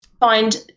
find